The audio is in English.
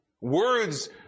words